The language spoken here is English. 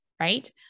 right